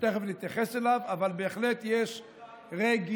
שתכף נתייחס אליו, אבל בהחלט יש רגישות.